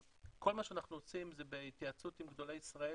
כל מה שאנחנו עושים זה בהתייעצות עם גדולי ישראל.